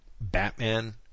Batman